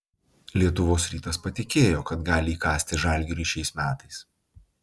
lietuvos rytas patikėjo kad gali įkasti žalgiriui šiais metais